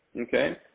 Okay